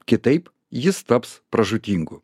kitaip jis taps pražūtingu